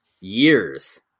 years